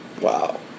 Wow